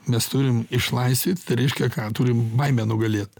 mes turim išlaisvint reiškia ką turim baimę nugalėt